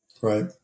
Right